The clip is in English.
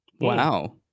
Wow